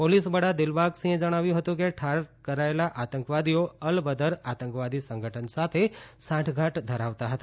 police વડા દીલબાગસિંહે જણાવ્યું હતું કે ઠાર કરાયેલા આતંકવાદીઓ અલ બદર આંતકવાદી સંગઠન સાથે સાંઠ ગાંઠ ધરાવતા હતા